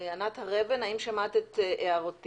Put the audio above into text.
ענת הר אבן, האם שמעת את הערתי?